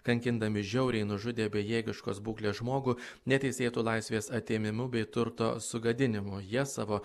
kankindami žiauriai nužudė bejėgiškos būklės žmogų neteisėtu laisvės atėmimu bei turto sugadinimu jie savo